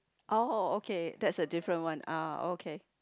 oh okay that's a different one ah okay